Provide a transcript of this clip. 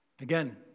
Again